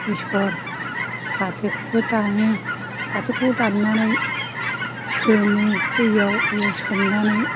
बेसर फाथोखौबो दानो फाथोखौबो दाननानै सोमो दैयाव सोमनानै